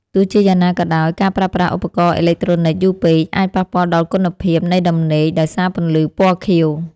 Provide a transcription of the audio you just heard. ទោះជាយ៉ាងណាក៏ដោយការប្រើប្រាស់ឧបករណ៍អេឡិចត្រូនិកយូរពេកអាចប៉ះពាល់ដល់គុណភាពនៃដំណេកដោយសារពន្លឺពណ៌ខៀវ។